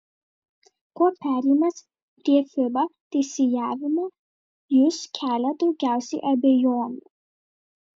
kuo perėjimas prie fiba teisėjavimo jus kelia daugiausiai abejonių